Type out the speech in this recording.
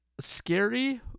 scary